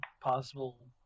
possible